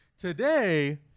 Today